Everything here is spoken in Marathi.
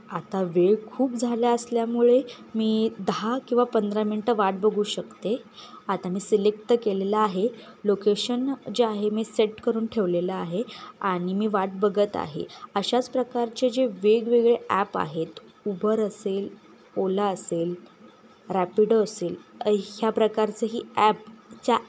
आता वेळ खूप झाला असल्यामुळे मी दहा किंवा पंधरा मिनटं वाट बघू शकते आता मी सिलेक्ट तर केलेलं आहे लोकेशन जे आहे मी सेट करून ठेवलेलं आहे आणि मी वाट बघत आहे अशाच प्रकारचे जे वेगवेगळे ॲप आहेत उबर असेल ओला असेल रॅपिडो असेल ह्या प्रकारचेही ॲपच्या